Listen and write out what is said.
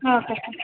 okay sir